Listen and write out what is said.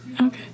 Okay